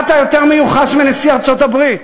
במה אתה יותר מיוחס מנשיא ארצות-הברית?